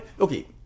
Okay